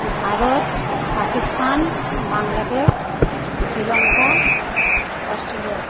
Bharat Pakistan Bangladesh Sri Lanka Australia